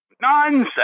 nonsense